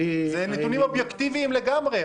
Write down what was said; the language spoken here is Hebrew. אלה נתונים אובייקטיביים לגמרי.